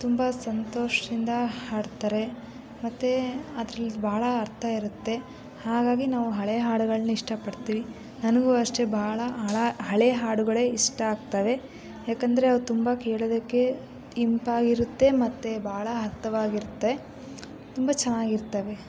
ತುಂಬ ಸಂತೋಷದಿಂದ ಹಾಡ್ತಾರೆ ಮತ್ತೆ ಅದರಲ್ಲಿ ಭಾಳ ಅರ್ಥ ಇರುತ್ತೆ ಹಾಗಾಗಿ ನಾವು ಹಳೆಯ ಹಾಡುಗಳನ್ನ ಇಷ್ಟಪಡ್ತೀವಿ ನನಗೂ ಅಷ್ಟೇ ಭಾಳ ಹಳ ಹಳೆಯ ಹಾಡುಗಳೇ ಇಷ್ಟ ಆಗ್ತವೆ ಏಕೆಂದರೆ ಅದು ತುಂಬ ಕೇಳೋದಕ್ಕೆ ಇಂಪಾಗಿರುತ್ತೆ ಮತ್ತೆ ಬಹಳ ಅರ್ಥವಾಗಿರತ್ತೆ ತುಂಬ ಚೆನ್ನಾಗಿರ್ತವೆ